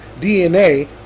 DNA